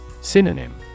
Synonym